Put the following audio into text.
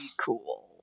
cool